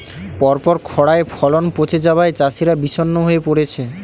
পরপর খড়ায় ফলন পচে যাওয়ায় চাষিরা বিষণ্ণ হয়ে পরেছে